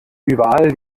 überall